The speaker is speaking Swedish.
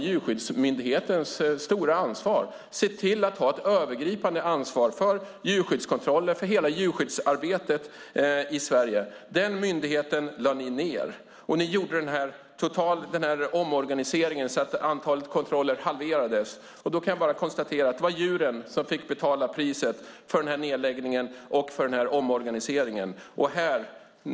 Djurskyddsmyndighetens stora uppgift var ju att ha ett övergripande ansvar för djurskyddskontroller och hela djurskyddsarbetet i Sverige. Den myndigheten lade ni ned. Ni gjorde en omorganisering så att antalet kontroller halverades. Jag kan bara konstatera att det är djuren som har fått betala priset för nedläggningen och omorganiseringen.